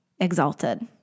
exalted